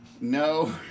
No